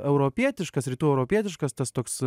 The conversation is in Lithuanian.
europietiškas rytų europietiškas tas toks